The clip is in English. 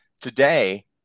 Today